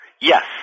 Yes